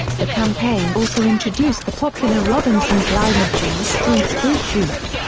the campaign also introduced the popular robinson's line of juice drinks fruit shoot.